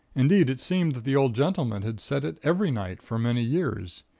indeed, it seemed that the old gentleman had set it every night for many years.